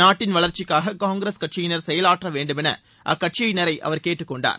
நாட்டின் வளர்ச்சிக்காக காங்கிரஸ் கட்சியினர் செயலாற்ற வேண்டுமௌ அக்கட்சியினரை அவர் கேட்டுக்கொண்டார்